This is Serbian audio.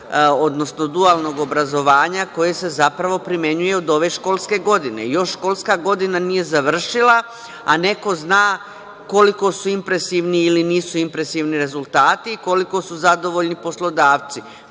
odnosno dualnog obrazovanja, koje se zapravo primenjuje od ove školske godine? Još se školska godina nije završila, a neko zna koliko su impresivni ili nisu impresivni rezultati i koliko su zadovoljni poslodavci. Možda